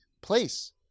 place